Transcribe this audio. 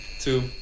two